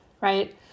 right